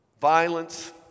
violence